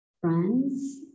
friends